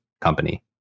company